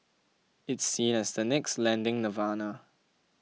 it's seen as the next lending nirvana